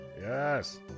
Yes